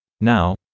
Now